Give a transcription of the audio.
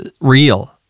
real